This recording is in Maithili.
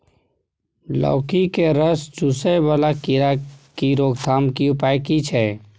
लौकी के रस चुसय वाला कीरा की रोकथाम के उपाय की छै?